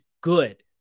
good